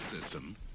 system